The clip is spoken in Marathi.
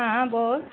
हां बोल